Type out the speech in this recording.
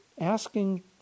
Asking